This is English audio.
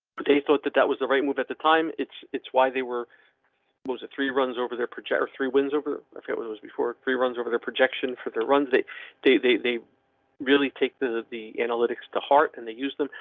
but they thought that that was the right move at the time. it's it's why they were most at three runs over their projector. three wins over if it was before free runs over the projection for their runs. they they? they they really take the the analytics to heart and they use them.